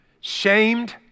shamed